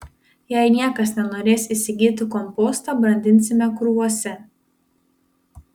jei niekas nenorės įsigyti kompostą brandinsime krūvose